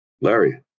Larry